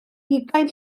ugain